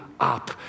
Up